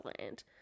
land